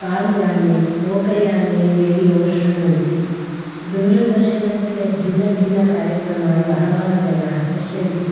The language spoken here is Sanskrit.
कार् याने लोकयाने रेडियो शृण्वन्ति दूरदर्शनस्य भिन्नभिन्नकार्यक्रमान् बहवः जनाः पश्यन्ति